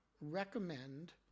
recommend